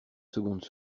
secondes